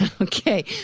Okay